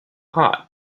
heart